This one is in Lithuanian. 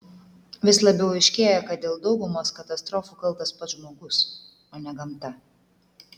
vis labiau aiškėja kad dėl daugumos katastrofų kaltas pats žmogus o ne gamta